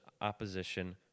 opposition